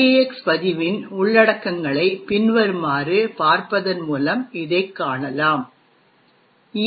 X பதிவின் உள்ளடக்கங்களை பின்வருமாறு பார்ப்பதன் மூலம் இதைக் காணலாம் ஈ